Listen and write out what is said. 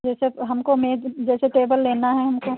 जैसे हमको मेज जैसे टेबल लेना है हमको